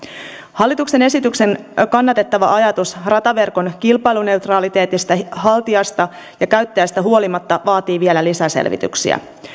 hallituksen esityksen kannatettava ajatus rataverkon kilpailuneutraliteetista haltijasta ja käyttäjästä huolimatta vaatii vielä lisäselvityksiä